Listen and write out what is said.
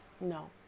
no